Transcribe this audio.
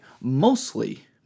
mostly